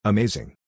Amazing